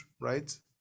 right